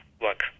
work